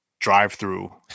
drive-through